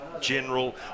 general